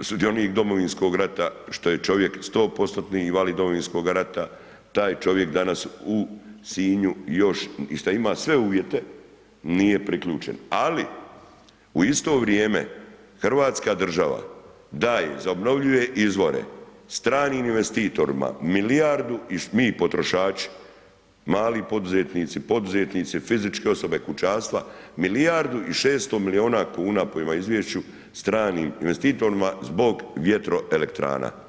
sudionik Domovinskog rata, što je čovjek 100% invalid Domovinskoga rata, taj čovjek danas u Sinju još i šta ima sve uvjete, nije priključen, ali u isto vrijeme hrvatska država daje za obnovljive izvore stranim investitorima milijardu, mi potrošači, mali poduzetnici, poduzetnici, fizičke osobe, kućanstva, milijardu i 600 milijuna kuna prema izvješću, stranim investitorima zbog vjetroelektrana.